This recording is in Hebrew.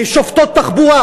שופטות תחבורה,